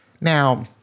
Now